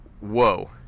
whoa